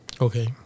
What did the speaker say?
Okay